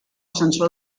sensor